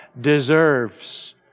deserves